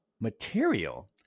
material